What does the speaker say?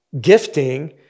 gifting